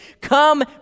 Come